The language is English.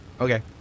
Okay